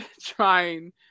trying